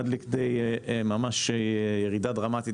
עד לכדי ממש ירידה דרמטית,